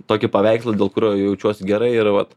tokį paveikslą dėl kurio jaučiuos gerai ir vat